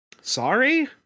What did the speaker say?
sorry